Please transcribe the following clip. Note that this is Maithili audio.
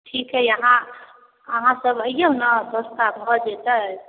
ठीक हइ यहाँ अहाँसब अइऔ ने सस्ता भऽ जेतै